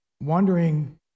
wandering